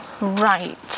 Right